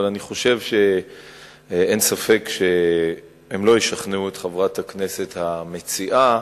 אבל אני חושב שאין ספק שהדברים לא ישכנעו את חברת הכנסת המציעה,